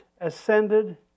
ascended